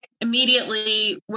immediately